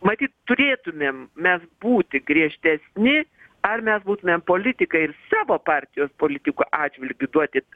matyt turėtumėm mes būti griežtesni ar mes būtumėm politikai ir savo partijos politiko atžvilgiu duoti